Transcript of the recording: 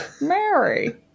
Mary